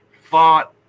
fought